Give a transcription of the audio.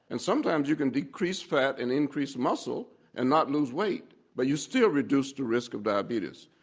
and sometimes you can decrease fat and increase muscle and not lose weight. but you still reduce the risk of diabetes.